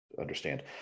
understand